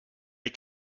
les